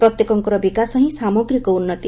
ପ୍ରତ୍ୟେକଙ୍କର ବିକାଶ ହିଁ ସାମଗ୍ରିକ ଉନ୍ନତି